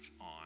on